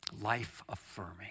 life-affirming